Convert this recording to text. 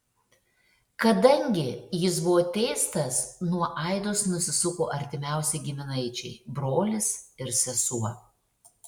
kadangi jis buvo teistas nuo aidos nusisuko artimiausi giminaičiai brolis ir sesuo